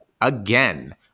again